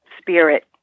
Spirit